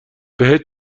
بهت